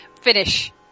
finish